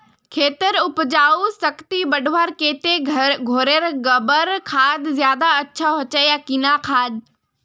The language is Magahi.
खेतेर उपजाऊ शक्ति बढ़वार केते घोरेर गबर खाद ज्यादा अच्छा होचे या किना खाद?